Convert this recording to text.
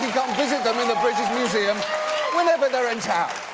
come visit them in the british museum whenever they're in town.